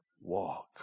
walk